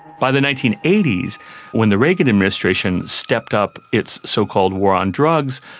by the nineteen eighty s when the reagan administration stepped up its so-called war on drugs,